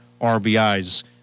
RBIs